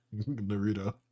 Naruto